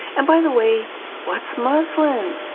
and by the way what's muslin?